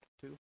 two